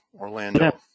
Orlando